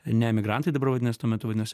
ne emigrantai dabar vadinas tuo metu vadinos